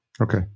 Okay